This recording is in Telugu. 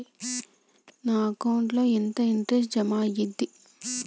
నా అకౌంట్ ల ఎంత ఇంట్రెస్ట్ జమ అయ్యింది?